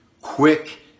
quick